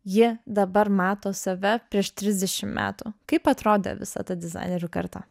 jie dabar mato save prieš trisdešim metų kaip atrodė visa ta dizainerių karta